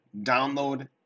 download